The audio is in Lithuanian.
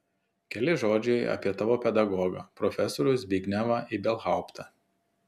keli žodžiai apie tavo pedagogą profesorių zbignevą ibelhauptą